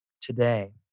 today